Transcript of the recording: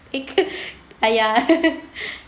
it could !aiya!